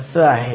तर l हे Dτ आहे